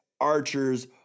Archers